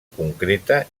concreta